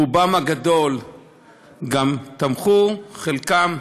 רובן הגדול גם תמכו, חלקן,